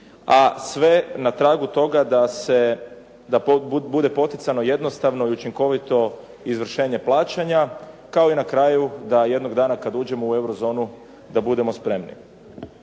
a sve na tragu toga da bude poticano jednostavno i učinkovito izvršenje plaćanja kao i na kraju da jednog dana kada uđemo u euro zonu da budemo spremni.